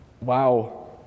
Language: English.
Wow